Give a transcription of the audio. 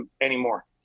anymore